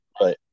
Right